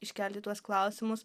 iškelti tuos klausimus